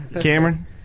Cameron